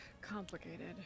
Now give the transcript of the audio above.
complicated